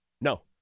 No